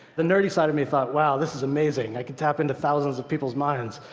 the nerdy side of me thought, wow, this is amazing. i can tap into thousands of people's minds.